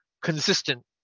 consistent